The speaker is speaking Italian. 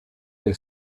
del